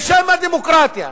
בשם הדמוקרטיה.